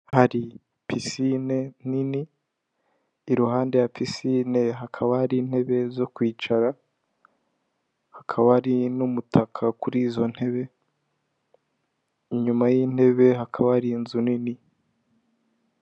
Abantu bicaye bambaye idarapo ry'u Rwanda hakaba harimo abagabo n'abagore, bakaba bafashe ku meza ndetse bafite n'amakayi imbere yabo yo kwandikamo.